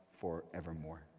forevermore